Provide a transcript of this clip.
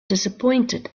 disappointed